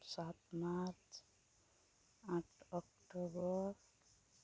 ᱥᱟᱛ ᱢᱟᱨᱪ ᱟᱴ ᱚᱠᱴᱳᱵᱚᱨ